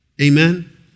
Amen